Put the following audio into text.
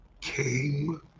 came